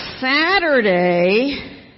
Saturday